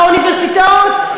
האוניברסיטאות,